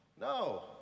No